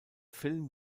film